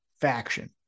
faction